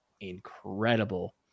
incredible